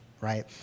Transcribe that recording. right